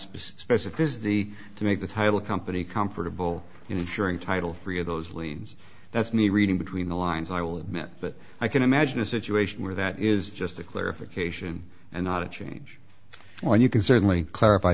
specificity to make the title company comfortable ensuring title free of those liens that's need reading between the lines i will admit but i can imagine a situation where that is just a clarification and not a change when you can certainly